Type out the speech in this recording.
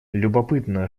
любопытно